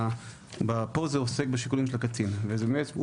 פה זה עוסק בשיקולים של הקצין ובאמת הוא